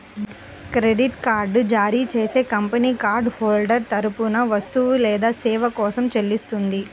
credit card జారీ చేసే company card holder తరపున వస్తువు లేదా సేవ కోసం చెల్లిస్తుంది